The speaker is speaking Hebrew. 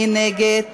מי נגד?